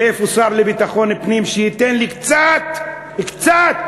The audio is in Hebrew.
ואיפה השר לביטחון הפנים שייתן לי קצת, קצת?